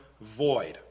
void